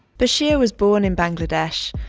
bashir was born in bangladesh,